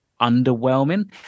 underwhelming